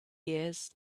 years